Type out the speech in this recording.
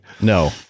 No